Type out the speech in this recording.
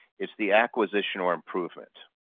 it's the acquisition or improvements.